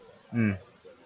mm